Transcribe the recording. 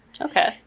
Okay